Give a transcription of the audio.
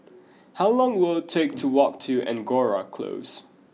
how long will it take to walk to Angora Close